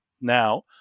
now